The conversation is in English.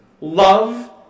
love